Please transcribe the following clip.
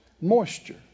moisture